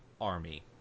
army